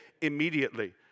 immediately